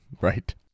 Right